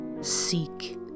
Seek